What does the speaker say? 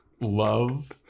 love